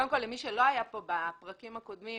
קודם כל למי שלא היה פה בפרקים הקודמים,